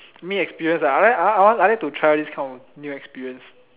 need experience ah I like I I want to try this kind of new experience